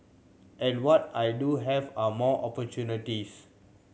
and what I do have are more opportunities